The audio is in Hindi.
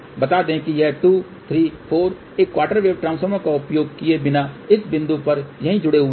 बता दें कि ये 2 3 4 एक क्वार्टर वेव ट्रांसफार्मर का उपयोग किए बिना इस बिंदु पर यहीं जुड़े हुए हैं